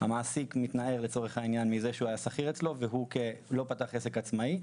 המעסיק מתנער מזה שהוא היה שכיר אצלו והוא לא פתח עסק עצמאי,